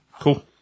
cool